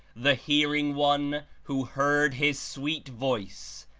the hearing one who heard his sweet voice,